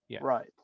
Right